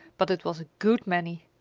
but it was a good many.